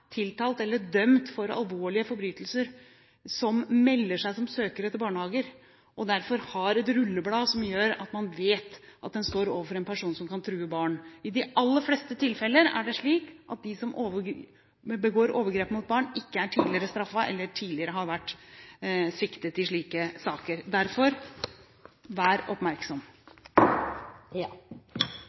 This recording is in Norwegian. tiltalt eller dømt for alvorlige forbrytelser, som melder seg som søkere til barnehager – og derfor har et rulleblad som gjør at man vet at man står overfor en person som kan true barn. I de aller fleste tilfeller er det slik at de som begår overgrep mot barn, ikke tidligere er eller har vært straffet eller siktet i slike saker. Derfor: Vær oppmerksom!